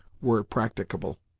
were it practicable.